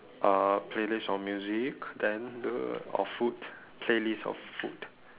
uh playlist or music then the of food playlist of food